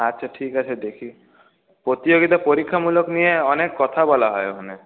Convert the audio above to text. আচ্ছা ঠিক আছে দেখি প্রতিযোগিতা পরীক্ষামূলক নিয়ে অনেক কথা বলা হয় ওখানে